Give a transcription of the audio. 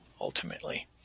ultimately